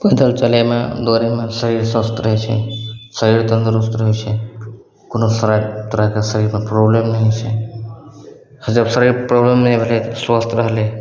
पैदल चलयमे दौड़यमे शरीर स्वस्थ रहय छै शरीर तन्दरुस्त रहय छै कुनो सराय तरायके शरीरमे प्रॉब्लम नहि होइ छै जब सरै प्रॉब्लम नहि होलय स्वस्थ रहलय